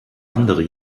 andere